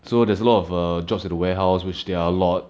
so there's a lot of err jobs at the warehouse which there are a lot